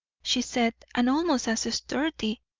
she said, and almost as sturdy,